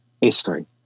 history